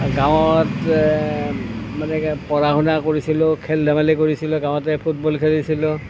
গাঁৱত মানে কি পঢ়া শুনা কৰিছিলোঁ খেল ধেমালি কৰিছিলোঁ গাঁৱতেই ফুটবল খেলিছিলোঁ